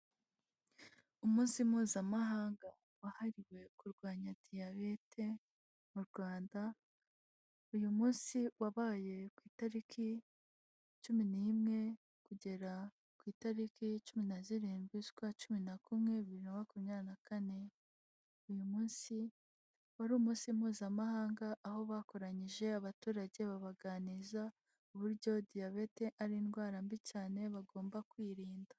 Umunsi Mpuzamahanga wahariwe kurwanya diyabete mu Rwanda, uyu munsi wabaye ku itariki cumi n'imwe kugera ku itariki ya cumi na zirindwi ukwa cumi na kumwe bibiri na makumyabiri na kane. Uyu munsi wari umunsi Mpuzamahanga, aho bakoranyije abaturage babaganiriza uburyo diabete ari indwara mbi cyane bagomba kwirinda.